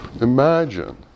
Imagine